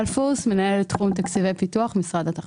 אני מנהלת תחום תקציבי פיתוח במשרד התחבורה.